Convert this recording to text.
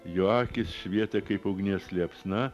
jo akys švietė kaip ugnies liepsna